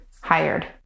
hired